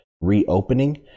reopening